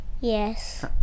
Yes